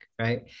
right